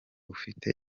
ufite